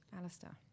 Alistair